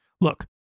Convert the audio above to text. Look